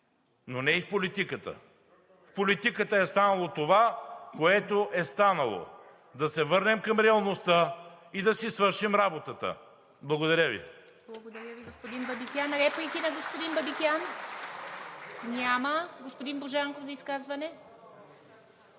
но не и в политиката. В политиката е станало това, което е станало. Да се върнем към реалността и да си свършим работата. Благодаря Ви.